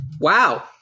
Wow